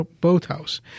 Boathouse